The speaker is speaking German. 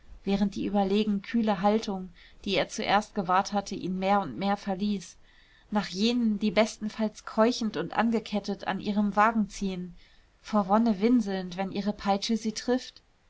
während die überlegen kühle haltung die er zuerst gewahrt hatte ihn mehr und mehr verließ nach jenen die bestenfalls keuchend und angekettet an ihrem wagen ziehen vor wonne winselnd wenn ihre peitsche sie trifft